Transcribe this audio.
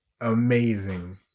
amazing